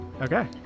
Okay